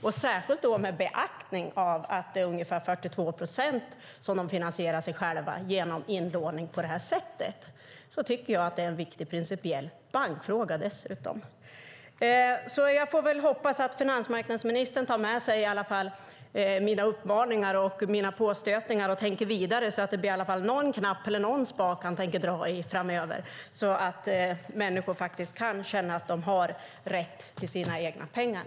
Inte minst med beaktande av att bankerna till 42 procent finansierar sig genom inlåning på det här sättet är detta också en viktig principiell bankfråga. Jag får hoppas att finansmarknadsministern tar med sig mina uppmaningar och tänker vidare, så att han kan tänka sig att åtminstone trycka på någon knapp eller dra i någon spak framöver, så att människor kan känna att de har rätt till sina egna pengar.